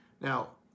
Now